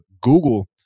Google